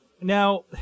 Now